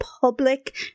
public